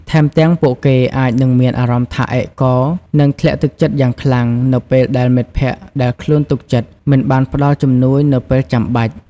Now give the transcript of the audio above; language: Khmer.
ថែមទាំង ពួកគេអាចនឹងមានអារម្មណ៍ថាឯកោ និងធ្លាក់ទឹកចិត្តយ៉ាងខ្លាំង នៅពេលដែលមិត្តភក្តិដែលខ្លួនទុកចិត្ត មិនបានផ្តល់ជំនួយនៅពេលចាំបាច់។